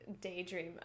daydream